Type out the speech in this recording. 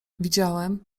widziałem